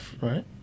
right